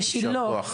בשילה,